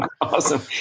Awesome